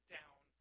down